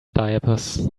diapers